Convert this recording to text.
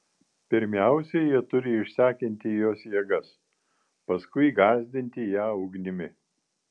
pirmiausia jie turi išsekinti jos jėgas paskui gąsdinti ją ugnimi